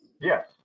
yes